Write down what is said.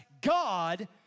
God